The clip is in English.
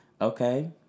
okay